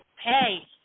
hey